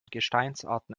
gesteinsarten